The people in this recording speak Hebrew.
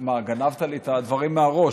גנבת לי את הדברים מהראש.